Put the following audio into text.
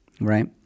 Right